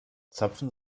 zapfen